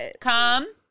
Come